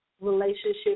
relationship